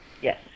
Yes